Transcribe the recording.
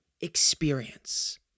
experience